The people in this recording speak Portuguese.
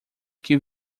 que